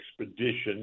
expedition